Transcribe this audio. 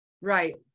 right